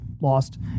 lost